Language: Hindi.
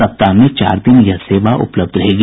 सप्ताह में चार दिन यह सेवा उपलब्ध रहेगी